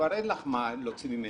כבר אין לך מה להוציא ממנו.